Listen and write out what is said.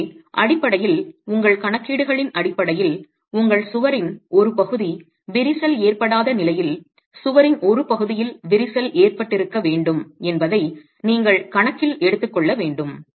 எனவே அடிப்படையில் உங்கள் கணக்கீடுகளின் அடிப்படையில் உங்கள் சுவரின் ஒரு பகுதி விரிசல் ஏற்படாத நிலையில் சுவரின் ஒரு பகுதியில் விரிசல் ஏற்பட்டிருக்க வேண்டும் என்பதை நீங்கள் கணக்கில் எடுத்துக்கொள்ள வேண்டும்